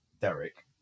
Derek